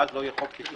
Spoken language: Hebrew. ואז לא יהיה חוק בכלל,